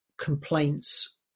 complaints